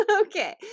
okay